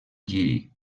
lliri